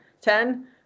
ten